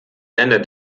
länder